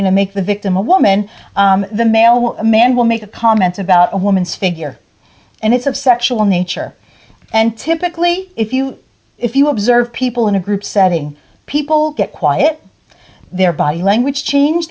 to make the victim a woman the male a man will make a comment about a woman's figure and it's of sexual nature and typically if you if you observe people in a group setting people get quiet their body language change